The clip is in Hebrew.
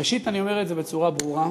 ראשית אני אומר את זה בצורה ברורה: